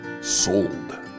sold